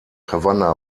havanna